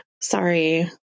Sorry